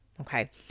Okay